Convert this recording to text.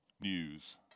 news